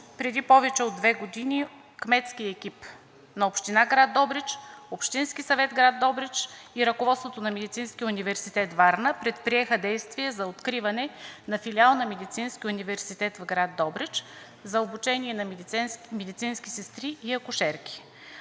преди повече от две години кметският екип на Община Добрич, Общински съвет – град Добрич, и ръководството на Медицинския университет – Варна, предприеха действия за откриване на филиал на Медицинския университет в град Добрич за обучение на медицински сестри и акушерки.